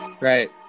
Right